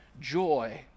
joy